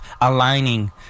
aligning